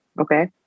Okay